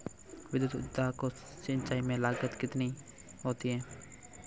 विद्युत ऊर्जा से सिंचाई में लागत कितनी होती है?